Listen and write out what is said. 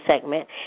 segment